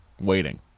waiting